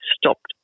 stopped